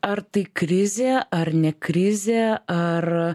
ar tai krizė ar ne krizė ar